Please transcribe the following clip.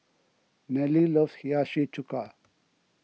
Nelle loves Hiyashi Chuka